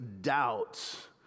doubts